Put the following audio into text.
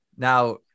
Now